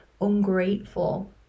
ungrateful